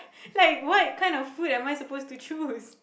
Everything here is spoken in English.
like what kind of food am I suppose to choose